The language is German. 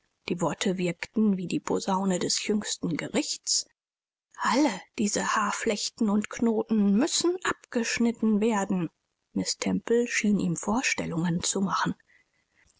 die worte wirkten wie die posaune des jüngsten gerichts all diese haarflechten und knoten müssen abgeschnitten werden miß temple schien ihm vorstellungen zu machen